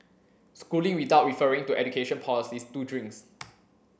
schooling without referring to education policies is two drinks